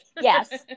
yes